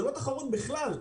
זו לא תחרות בכלל.